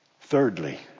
Thirdly